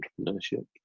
entrepreneurship